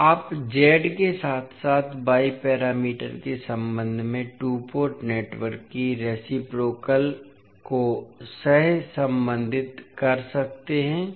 तो आप z के साथ साथ y पैरामीटर के संबंध में टू पोर्ट नेटवर्क की रेसिप्रोकलता को सहसंबंधित कर सकते हैं